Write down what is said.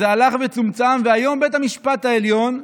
זה הלך וצומצם, ובית המשפט העליון,